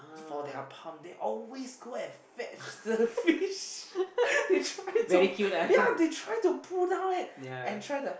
for their pump they always go and fetch the fish they try to yeah they try to pull down it and try the